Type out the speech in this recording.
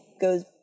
goes